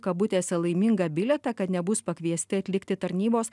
kabutėse laimingą bilietą kad nebus pakviesti atlikti tarnybos